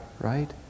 right